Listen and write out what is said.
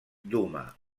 duma